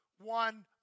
one